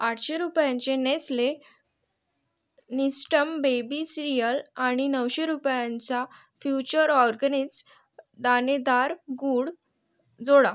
आठशे रुपयांचे Nestle Nestum baby cereal आणि नऊशे रुपयांचा फ्युचर ऑरगनिक्स दाणेदार गूळ जोडा